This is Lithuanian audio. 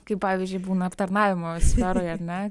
kaip pavyzdžiui būna aptarnavimo sferoj ar ne